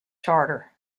charter